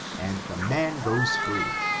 and the man goes free,